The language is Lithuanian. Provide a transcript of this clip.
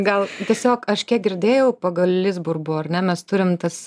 gal tiesiog aš kiek girdėjau pagal liz burbu ar ne mes turim tas